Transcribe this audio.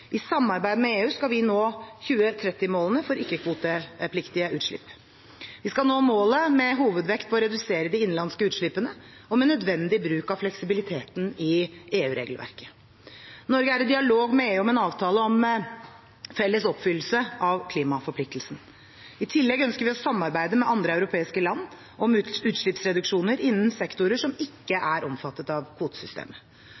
I samarbeid med EU skal vi nå 2030-målet for ikke-kvotepliktige utslipp. Vi skal nå målet med hovedvekt på å redusere de innenlandske utslippene og med nødvendig bruk av fleksibiliteten i EU-regelverket. Norge er i dialog med EU om en avtale om felles oppfyllelse av klimaforpliktelsen. I tillegg ønsker vi å samarbeide med andre europeiske land om utslippsreduksjoner innen sektorer som ikke